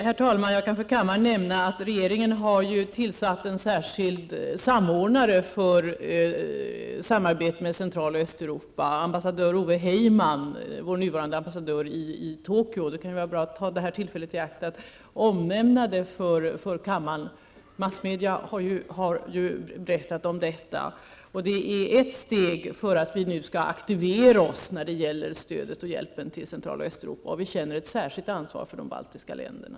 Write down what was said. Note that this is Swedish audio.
Herr talman! Jag kan nämna för kammaren att regeringen har tillsatt en särskild samordnare för samarbetet med Central och Östeuropa, nämligen Det kan vara bra att ta det här tillfället i akt att omnämna det för kammaren. Massmedia har ju berättat om detta. Det är ett steg för att vi nu skall aktivera oss när det gäller stödet och hjälpen till Central och Östeuropa. Vi känner ett särskilt ansvar för de baltiska länderna.